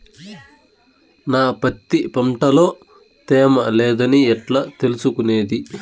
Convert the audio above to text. నా పత్తి పంట లో తేమ లేదని ఎట్లా తెలుసుకునేది?